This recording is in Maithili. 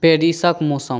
पेरिसके मौसम